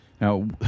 Now